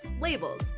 labels